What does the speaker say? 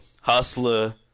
hustler